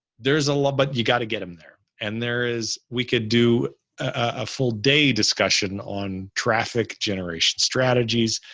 there's a lot, but you got to get them there and there is, we could do a full day discussion on traffic generation strategies.